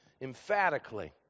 emphatically